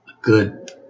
good